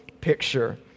picture